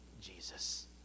Jesus